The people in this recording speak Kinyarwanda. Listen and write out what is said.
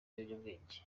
biyobyabwenge